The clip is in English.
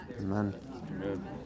Amen